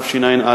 תשע"א,